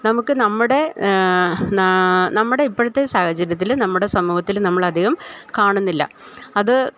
നമുക്ക് നമ്മുടെ നമ്മുടെ ഇപ്പഴത്തെ സാഹചര്യത്തില് നമ്മുടെ സമൂഹത്തില് നമ്മളധികം കാണുന്നില്ല അത്